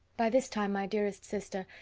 by this time, my dearest sister,